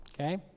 Okay